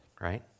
right